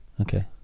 Okay